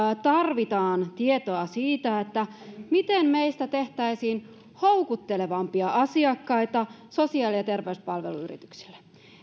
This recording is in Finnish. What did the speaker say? tarvitaan tietoa siitä miten meistä tehtäisiin houkuttelevampia asiakkaita sosiaali ja terveyspalveluyrityksille